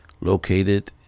located